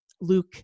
Luke